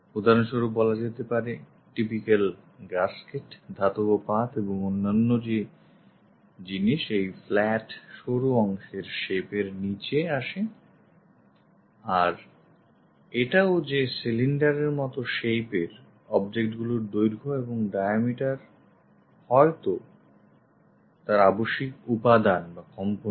উদাহরণস্বরূপ typical gasket ধাতব পাত এবং অন্য জিনিস এই flat সরু অংশের shape এর নিচে আসে আর এটাও যে cylinder এর মত shape এর objectগুলির দৈর্ঘ্য এবং diameter হয়ত আবশ্যিক উপাদান বা component